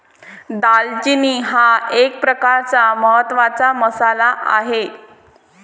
दालचिनी हा एक प्रकारचा महत्त्वाचा मसाला आहे